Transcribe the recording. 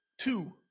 two